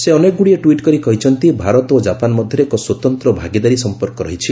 ସେ ଅନେକଗୁଡିଏ ଟ୍ୱିଟ୍ କରି କହିଛନ୍ତି ଯେ ଭାରତ ଓ ଜାପାନ ମଧ୍ୟରେ ଏକ ସ୍ୱତନ୍ତ୍ର ଭାଗିଦାରୀ ସମ୍ପର୍କ ରହିଛି